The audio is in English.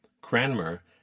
Cranmer